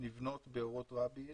שנבנות באורות רבין